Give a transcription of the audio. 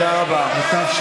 הודעה לסגן